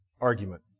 argument